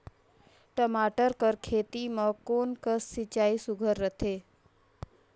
टमाटर कर खेती म कोन कस सिंचाई सुघ्घर रथे?